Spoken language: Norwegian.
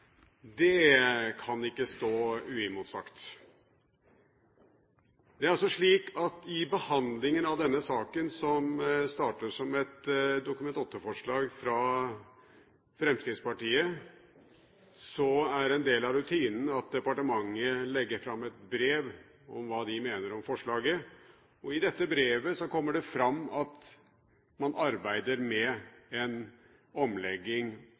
hennes kan ikke stå uimotsagt. Det er altså slik at i behandlingen av denne saken, som starter som et Dokument 8-forslag fra Fremskrittspartiet, er en del av rutinen den at departementet legger fram et brev om hva de mener om forslaget. I dette brevet kommer det fram at man i departementet arbeider med en omlegging